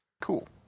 Cool